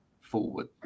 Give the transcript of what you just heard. forward